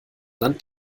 land